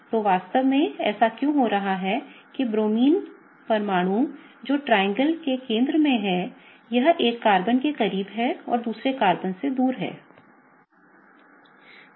तो वास्तव में ऐसा हो सकता है कि ब्रोमीन परमाणु जो त्रिभुज के केंद्र में है यह एक कार्बन के करीब हो और दूसरे से दूर हो